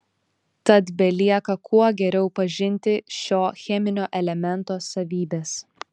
tad belieka kuo geriau pažinti šio cheminio elemento savybes